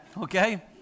okay